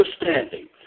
understanding